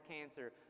cancer